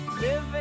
Living